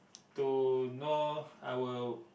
to know our